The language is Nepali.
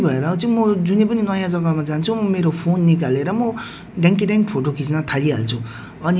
जग्गा है त्यहाँनेर चाहिँ एकदम राम्रो राम्रो होटेल्सहरू रेस्टुरेन्ट्सहरू है खानाहरू एकदम मिठो